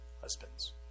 husbands